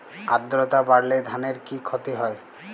আদ্রর্তা বাড়লে ধানের কি ক্ষতি হয়?